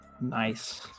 Nice